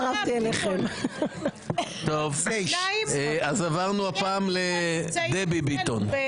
טוב, אז עברנו הפעם לדבי ביטון.